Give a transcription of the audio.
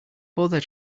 bother